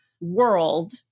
world